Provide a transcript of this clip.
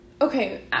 Okay